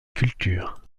culture